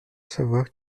savoir